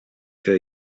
que